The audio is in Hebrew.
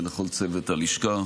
ולכל צוות הלשכה.